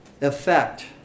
effect